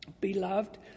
Beloved